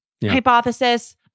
hypothesis